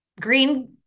green